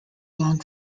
long